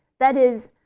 that is,